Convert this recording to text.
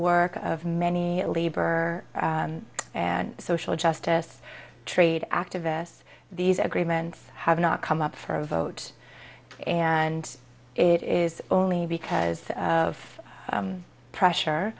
work of many labor and social justice trade activists these agreements have not come up for a vote and it is only because of pressure